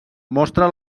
mostra